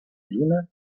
lluna